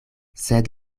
sed